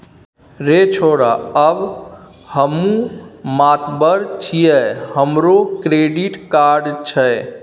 रे छौड़ा आब हमहुँ मातबर छियै हमरो क्रेडिट कार्ड छै